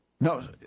No